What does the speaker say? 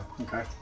okay